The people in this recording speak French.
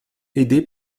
aidé